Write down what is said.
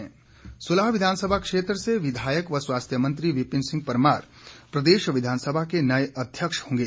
विधानसभा अध्यक्ष सुलह विधानसभा क्षेत्र से विधायक व स्वास्थ्य मंत्री विपिन सिंह परमार प्रदेश विधानसभा के नए अध्यक्ष होंगे